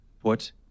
Put